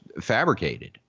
fabricated